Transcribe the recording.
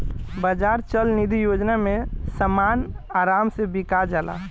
बाजार चल निधी योजना में समान आराम से बिका जाला